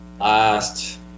Last